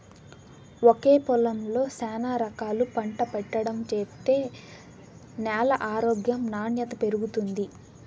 ఒకే పొలంలో శానా రకాలు పంట పెట్టడం చేత్తే న్యాల ఆరోగ్యం నాణ్యత పెరుగుతుంది